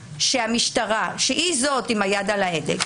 המשטרה היא זאת עם היד על ההדק,